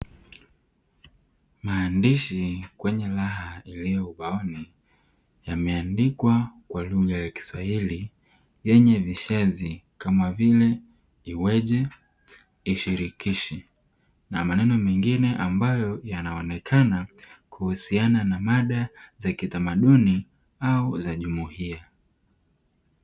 Maandishi kwenye laha iliyo ubaoni yameandikwa kwa lugha ya kiswahili yenye vishazi kama vile iweje, ishirikishi na maneno mengine ambayo yanaonekana kuhusiana na mada za kitamaduni, au za jumuiya.